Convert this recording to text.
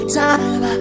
time